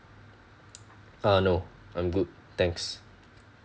uh no I'm good thanks